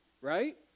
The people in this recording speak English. right